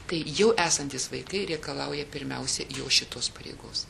tai jau esantys vaikai reikalauja pirmiausia jo šitos pareigos